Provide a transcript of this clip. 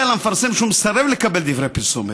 למפרסם שהוא מסרב לקבל דברי פרסומת.